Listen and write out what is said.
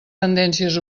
tendències